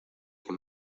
que